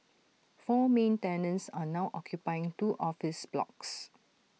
four main tenants are now occupying two office blocks